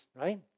right